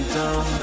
down